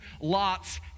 Lot's